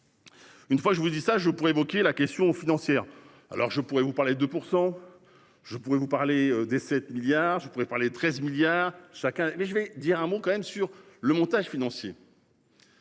Une fois je vous dis ça je pourrais évoquer la question financière. Alors je pourrais vous parler de pour 100. Je pourrais vous parler des 7 milliards, je pourrais parler 13 milliards chacun. Mais je vais dire un mot quand même sur le montage financier.